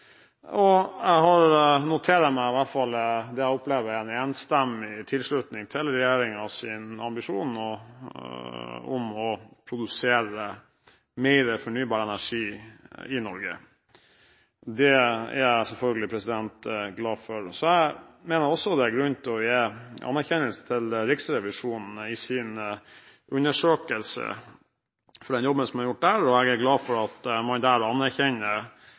og komiteen for et godt arbeid. Jeg synes også vi skal anerkjenne at det er holdt mange gode innlegg så langt i dagens debatt. Jeg noterer meg det jeg opplever er en enstemmig tilslutning til regjeringens ambisjon om å produsere mer fornybar energi i Norge. Det er jeg selvfølgelig glad for. Så mener jeg også det er grunn til å gi anerkjennelse til Riksrevisjonens undersøkelse og til den jobben som er gjort der. Jeg er glad for at